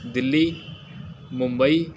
Delhi Mumbai